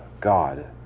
God